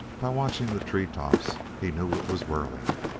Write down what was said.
by watching the tree-tops he knew it was whirling.